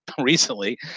recently